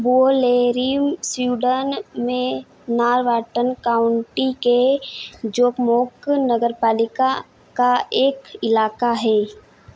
Vuollerim Sweden में Norrbotten County के Jokkmokk नगरपालिका का एक इलाका है